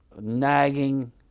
nagging